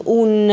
un